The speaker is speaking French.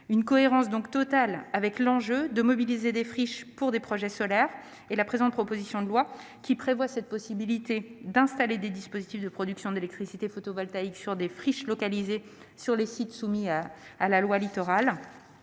En cohérence totale avec l'enjeu de mobiliser des friches pour les projets photovoltaïques, la présente proposition de loi vise à permettre d'installer des dispositifs de production d'électricité photovoltaïque sur des friches localisées dans les zones soumises à la loi Littoral.